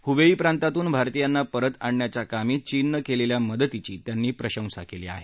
Hubei प्रांतातून भारतीयांना परत आणण्याकामी चीननं केलेल्या मदतीची त्यांनी प्रशंसा केली आहे